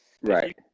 right